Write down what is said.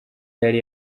yari